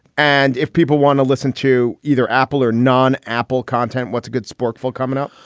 and if people want to listen to either apple or non apple content, what's a good sporkful coming up?